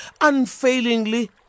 unfailingly